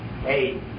hey